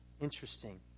Interesting